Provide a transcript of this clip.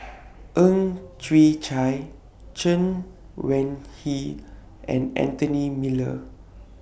Ang Chwee Chai Chen Wen Hsi and Anthony Miller